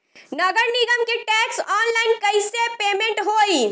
नगर निगम के टैक्स ऑनलाइन कईसे पेमेंट होई?